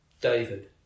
David